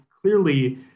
clearly